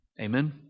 Amen